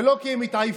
זה לא כי הם התעייפו.